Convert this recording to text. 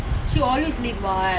she always late [what]